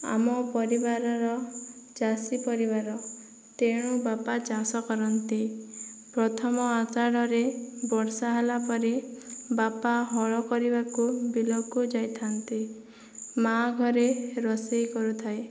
ଆମ ପରିବାରର ଚାଷୀ ପରିବାର ତେଣୁ ବାପା ଚାଷ କରନ୍ତି ପ୍ରଥମ ଆଷାଢ଼ରେ ବର୍ଷା ହେଲା ପରେ ବାପା ହଳ କରିବାକୁ ବିଲକୁ ଯାଇଥାନ୍ତି ମା ଘରେ ରୋଷେଇ କରୁଥାଏ